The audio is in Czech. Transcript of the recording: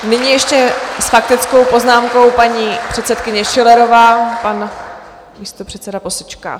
Nyní ještě s faktickou poznámkou paní předsedkyně Schillerová, pan místopředseda posečká.